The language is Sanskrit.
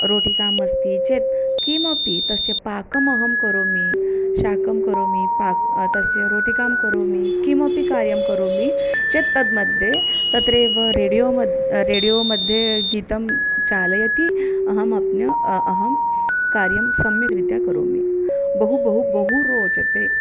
रोटिकाम् अस्ति चेत् किमपि तस्य पाकमहं करोमि शाकं करोमि पाकं तस्य रोटिकां करोमि किमपि कार्यं करोमि चेत् तन्मध्ये तत्रेव रेडियो मध्ये रेडियो मध्ये गीतं चालयति अहमपि अहं कार्यं सम्यग्रीत्या करोमि बहु बहु बहु रोचते